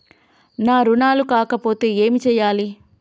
నా రుణాలు కాకపోతే ఏమి చేయాలి?